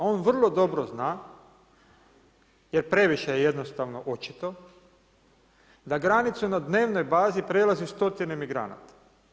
On vrlo dobro zna jer previše je jednostavno očito da granicu na dnevnoj bazi prelazi stotine migranata.